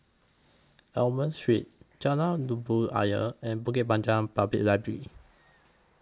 Almond Street Jalan Labu Ayer and Bukit Panjang Public Library